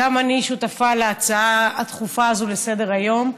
גם אני שותפה להצעה הדחופה הזאת לסדר-היום,